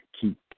keep